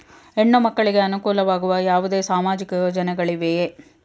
ಹೆಣ್ಣು ಮಕ್ಕಳಿಗೆ ಅನುಕೂಲವಾಗುವ ಯಾವುದೇ ಸಾಮಾಜಿಕ ಯೋಜನೆಗಳಿವೆಯೇ?